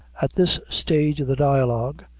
at this stage of the dialogue,